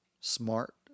Smart